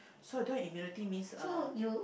so I don't have immunity means uh